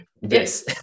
Yes